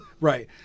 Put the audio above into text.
Right